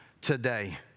today